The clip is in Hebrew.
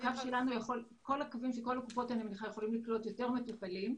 אני מניחה שכל הקווים של כל הקופות יכולים לקלוט יותר מטופלים.